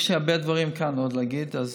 יש לי עוד הרבה דברים להגיד כאן, אז